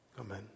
Amen